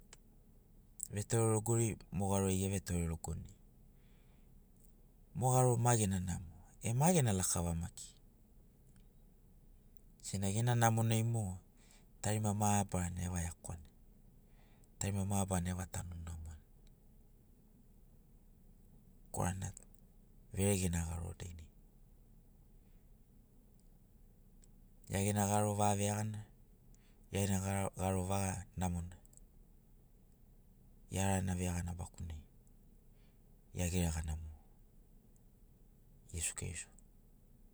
Vetorelogori mo ḡaro ai evetorelogoni mo ḡaro ma ḡena namo e ma ḡena lakava maki sena ḡena namonai mo tarima mabarana eva iakuani tarima mabarana ḡema tanu namoni korana vere ḡena ḡaro dainai ḡia ḡena ḡaro vaḡa veaḡana ḡena garo vaḡa namona ḡia arana veaḡana bakunai ḡia ḡeregana moḡo iesu keriso